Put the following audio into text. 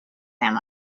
him